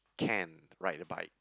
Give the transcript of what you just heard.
can ride a bike